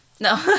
No